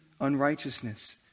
unrighteousness